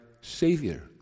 Savior